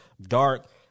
dark